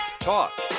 Talk